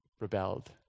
rebelled